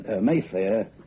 Mayfair